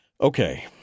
Okay